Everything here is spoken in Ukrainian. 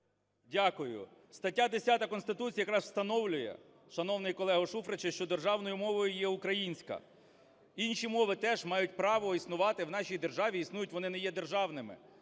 Дякую. Стаття 10 Конституції якраз встановлює, шановний колего Шуфричу, що державною мовою є українська, інші мови теж мають право існувати в нашій державі, існують, вони не є державними.